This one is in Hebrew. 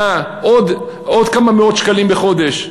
עוד כמה מאות שקלים בחודש.